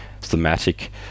thematic